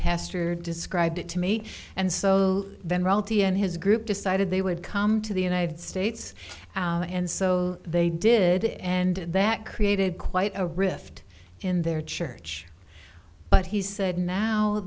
pastor described it to me and so then royalty and his group decided they would come to the united states and so they did and that created quite a rift in their church but he said